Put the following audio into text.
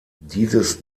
dieses